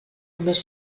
només